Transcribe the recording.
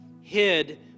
hid